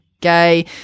gay